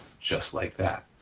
just like that.